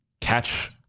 catch